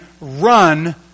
run